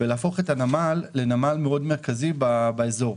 ולהפוך את הנמל לנמל מרכזי מאוד באזור.